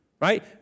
Right